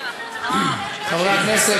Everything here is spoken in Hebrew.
חברת הכנסת.